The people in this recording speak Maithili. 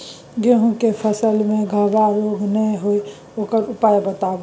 गेहूँ के फसल मे गबहा रोग नय होय ओकर उपाय बताबू?